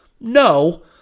No